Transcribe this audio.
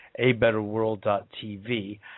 abetterworld.tv